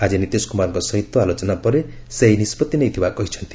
ଆଜି ନୀତିଶ କୁମାରଙ୍କ ସହିତ ଆଲୋଚନା ପରେ ସେ ଏହି ନିଷ୍କଭି ନେଇଥିବା କହିଛନ୍ତି